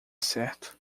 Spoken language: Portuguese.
certo